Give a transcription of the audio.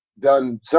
done